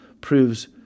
proves